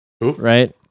Right